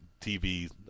TV